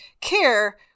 care